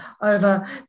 over